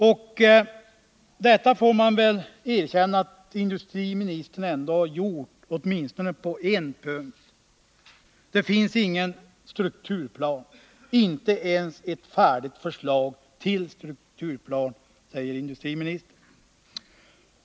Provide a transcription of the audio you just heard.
Och detta får man väl erkänna att industriministern har gjort åtminstone på en punkt: Det finns ingen strukturplan, inte ens ett färdigt förslag till strukturplan, säger industriministern.